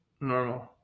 normal